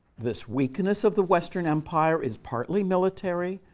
this weakness of the western empire is partly military,